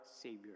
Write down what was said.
Savior